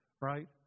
Right